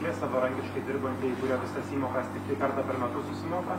nesavarankiškai dirbantieji kurie visas įmokas tiktai kartą per metus susimoka